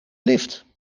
lift